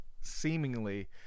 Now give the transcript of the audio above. seemingly